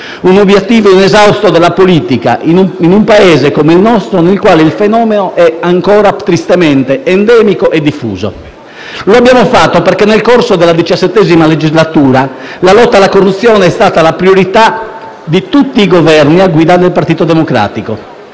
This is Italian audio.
un obiettivo inesausto della politica in un Paese come il nostro nel quale il fenomeno è ancora tristemente endemico e diffuso. Lo abbiamo fatto perché nel corso della XVII legislatura la lotta alla corruzione è stata la priorità di tutti i Governi a guida del Partito Democratico.